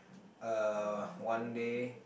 uh one day